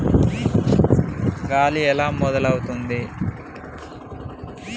గాలి ఎలా మొదలవుతుంది?